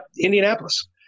Indianapolis